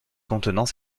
contenant